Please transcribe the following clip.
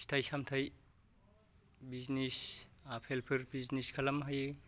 फिथाय सामथाय बिजनेस आफेल फोर बिजनेस खालामनो हायो